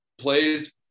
plays